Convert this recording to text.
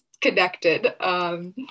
connected